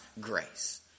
grace